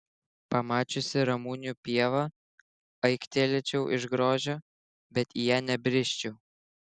pamačiusi ramunių pievą aiktelėčiau iš grožio bet į ją nebrisčiau